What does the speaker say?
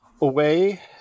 away